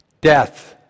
Death